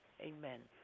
Amen